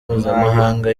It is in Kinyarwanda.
mpuzamahanga